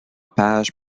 page